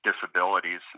disabilities